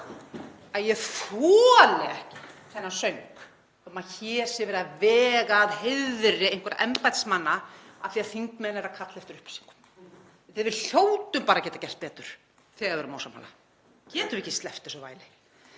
að ég þoli ekki þennan söng um að hér sé verið að vega að heiðri einhverra embættismanna af því að þingmenn eru að kalla eftir upplýsingum. Við hljótum bara að geta gert betur þegar við erum ósammála. Getum við ekki sleppt þessu væli?